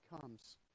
comes